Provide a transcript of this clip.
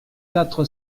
quatre